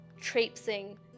traipsing